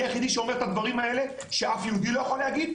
אני היחיד שאומר את הדברים האלה שאף יהודי לא יכול להגיד,